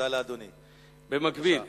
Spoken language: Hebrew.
במקביל,